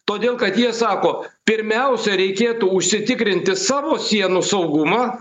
todėl kad jie sako pirmiausia reikėtų užsitikrinti savo sienų saugumą